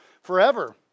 forever